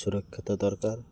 ସୁରକ୍ଷା ତ ଦରକାର